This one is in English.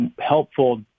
helpful